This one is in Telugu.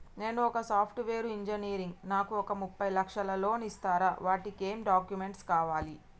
నేను ఒక సాఫ్ట్ వేరు ఇంజనీర్ నాకు ఒక ముప్పై లక్షల లోన్ ఇస్తరా? వాటికి ఏం డాక్యుమెంట్స్ కావాలి?